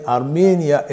Armenia